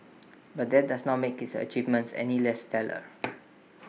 but that does not make his achievements any less stellar